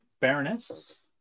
Baroness